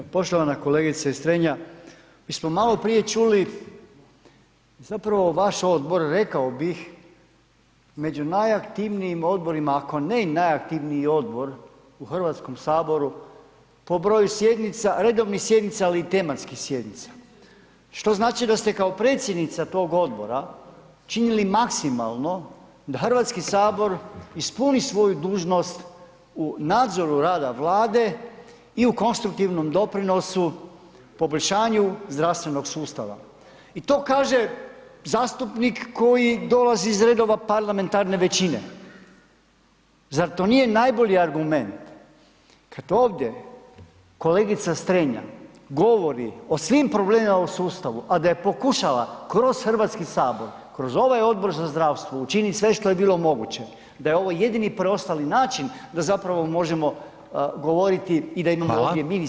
Poštovana kolegice Strenja, mi smo maloprije čuli, zapravo vaš odbor rekao bih, među najaktivnijim odborima, ako ne i najaktivniji odbor u HS po broju sjednica, redovnih sjednica, ali i tematskih sjednica, što znači da ste kao predsjednica tog odbora činili maksimalno da HS ispuni svoju dužnost u nadzoru rada Vlade i u konstruktivnom doprinosu, poboljšanju zdravstvenog sustava i to kaže zastupnik koji dolazi iz redova parlamentarne većine, zar to nije najbolji argument kad ovdje kolegica Strenja govori o svim problemima u sustavu, a da je pokušala kroz HS, kroz ovaj Odbor za zdravstvo učinit sve što je bilo moguće, da je ovo jedini preostali način da zapravo možemo govoriti i [[Upadica: Hvala]] da imamo ovdje ministra…